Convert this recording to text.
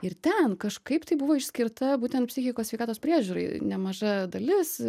ir ten kažkaip tai buvo išskirta būtent psichikos sveikatos priežiūrai nemaža dalis